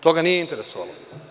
To ga nije interesovalo.